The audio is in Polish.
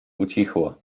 ucichło